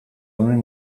honen